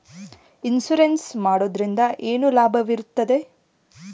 Insurance ಮಾಡೋದ್ರಿಂದ ಏನು ಲಾಭವಿರುತ್ತದೆ?